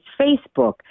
Facebook